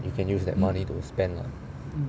you can use that money to spend lah